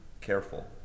careful